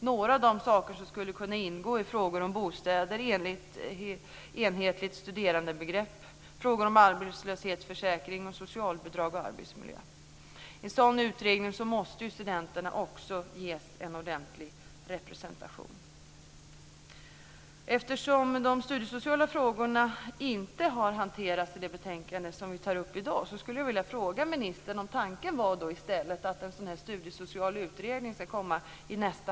Några av de saker som skulle kunna ingå är frågan om bostäder, enhetligt studerandebegrepp, arbetslöshetsförsäkring, socialbidrag och arbetsmiljö. I en sådan utredning måste studenterna också ges en ordentlig representation. Eftersom de studiesociala frågorna inte har hanterats i det betänkande som vi behandlar i dag vill jag fråga ministern om tanken var i stället att en studiesocial utredning skulle komma härnäst.